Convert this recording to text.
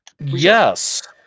Yes